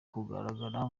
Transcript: kugaragara